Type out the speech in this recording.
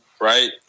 right